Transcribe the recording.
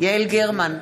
יעל גרמן,